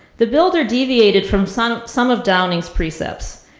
the builder deviated from some some of downing's precepts.